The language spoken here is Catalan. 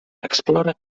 explora